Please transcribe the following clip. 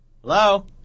Hello